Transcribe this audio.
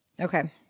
Okay